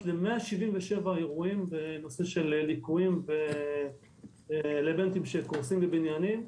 ל-177 אירועים בנושא של ליקויים ואלמנטים שקורסים בבניינים.